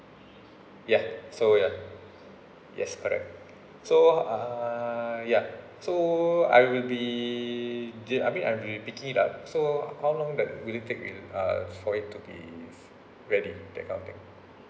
ya so ya yes correct so uh ya so I will be th~ I mean I will be picking lah so how long does really take will uh for it to be ready that kind of thing